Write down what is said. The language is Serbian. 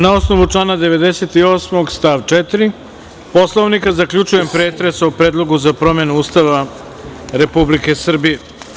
Na osnovu člana 98. stav 4. Poslovnika zaključujem pretres o Predlogu za promenu Ustava Republike Srbije.